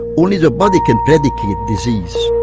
only the body can predicate disease.